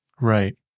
Right